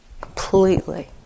completely